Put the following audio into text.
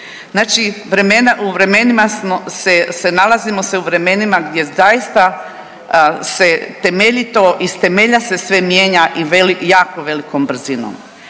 se, nalazimo se u vremenima gdje zaista se temeljito, iz temelja se sve mijenja i jako velikom brzinom.